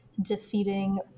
defeating